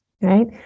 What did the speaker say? Right